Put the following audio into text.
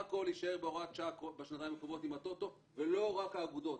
הכול יישאר בהוראת שעה בשנתיים הקרובות עם הטוטו ולא רק האגודות.